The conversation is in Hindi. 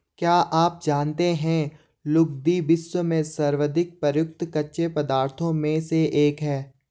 क्या आप जानते है लुगदी, विश्व में सर्वाधिक प्रयुक्त कच्चे पदार्थों में से एक है?